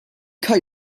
cut